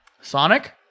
Sonic